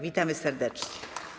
Witamy serdecznie.